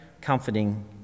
comforting